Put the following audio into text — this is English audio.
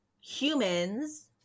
humans